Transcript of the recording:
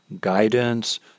guidance